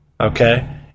Okay